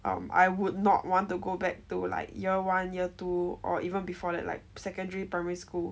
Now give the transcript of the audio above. um I would not want to go back to like year one year two or even before that like secondary primary school